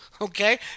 okay